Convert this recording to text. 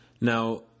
Now